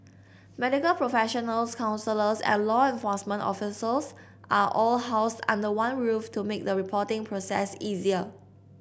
medical professionals counsellors and law enforcement officials are all housed under one roof to make the reporting process easier